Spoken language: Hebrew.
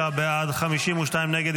45 בעד, 52 נגד.